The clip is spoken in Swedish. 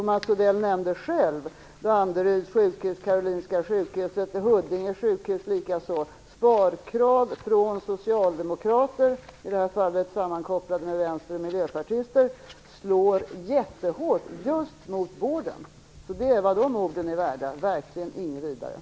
Mats Odell nämnde själv Danderyds sjukhus, Karolinska sjukhuset och Huddinge sjukhus. Sparkrav från socialdemokrater, i det här fallet sammankopplade med vänster och miljöpartister, slår jättehårt mot just vården. Det är vad de orden är värda, och det är verkligen inte mycket.